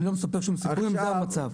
אני לא מספר שום סיפורים, זה המצב.